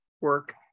work